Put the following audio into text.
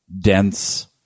dense